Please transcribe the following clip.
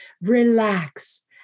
relax